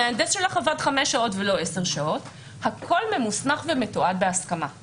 המהנדס שלך עבד חמש שעות ולא עשר שעות הכול ממוסמך ומתועד בהסכמה.